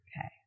Okay